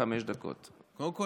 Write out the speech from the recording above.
קודם כול,